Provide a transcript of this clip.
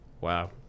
Wow